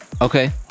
Okay